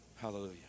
hallelujah